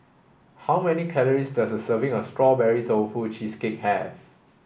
how many calories does a serving of strawberry tofu cheesecake have